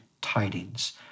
tidings